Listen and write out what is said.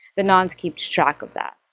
the nonce keeps track of that.